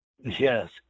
Yes